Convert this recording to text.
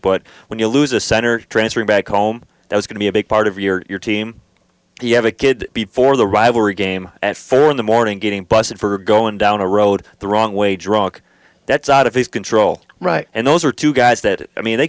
but when you lose a center transfer back home there's going to be a big part of your team you have a kid before the rivalry game at four in the morning getting busted for going down a road the wrong way drunk that's out of control right and those are two guys that i mean they